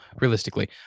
realistically